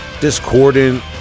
discordant